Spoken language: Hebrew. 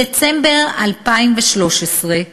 בדצמבר 2013,